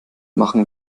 machen